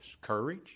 Courage